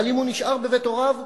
אבל אם הוא נשאר בבית הוריו,